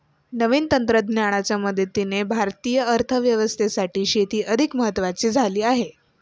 नवीन तंत्रज्ञानाच्या मदतीने भारतीय अर्थव्यवस्थेसाठी शेती अधिक महत्वाची झाली आहे